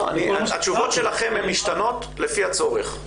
התשובות שלכם הן משתנות לפי הצורך,